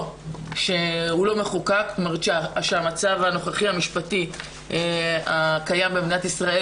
שהוא לא מחוקק ושהמצב הנוכחי המשפטי הקיים במדינת ישראל